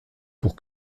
pour